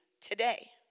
today